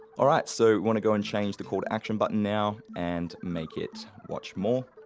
alright, so wanna go and change the call to action button now and make it watch more.